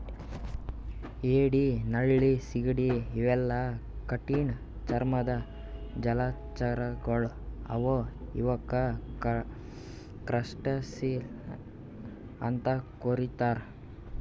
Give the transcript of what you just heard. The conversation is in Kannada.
ಏಡಿ ನಳ್ಳಿ ಸೀಗಡಿ ಇವೆಲ್ಲಾ ಕಠಿಣ್ ಚರ್ಮದ್ದ್ ಜಲಚರಗೊಳ್ ಅವಾ ಇವಕ್ಕ್ ಕ್ರಸ್ಟಸಿಯನ್ಸ್ ಅಂತಾ ಕರಿತಾರ್